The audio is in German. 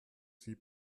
sie